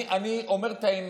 אני אומר את האמת.